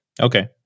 Okay